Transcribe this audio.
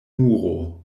muro